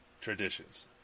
traditions